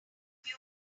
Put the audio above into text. few